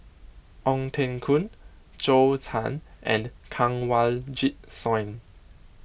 Ong Teng Koon Zhou Can and Kanwaljit Soin